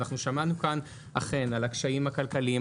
אנחנו שמענו כאן על הקשיים הכלכליים,